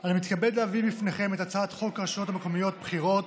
אני מתכבד להביא בפניכם את הצעת חוק הרשויות המקומיות (בחירות)